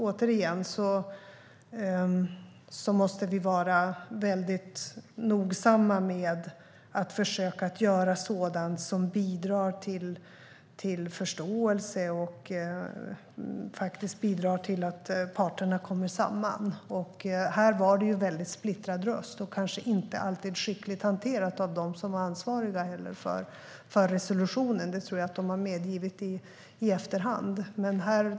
Återigen måste vi vara väldigt nogsamma med att försöka att göra sådant som bidrar till förståelse och till att parterna kommer samman. Här var det en väldigt splittrad röst, och kanske heller inte alltid skickligt hanterat av dem som var ansvariga för resolutionen. Det tror jag att de har medgivit i efterhand.